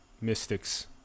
mystics